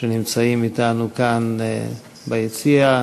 שנמצאים אתנו כאן ביציע.